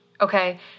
okay